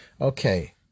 Okay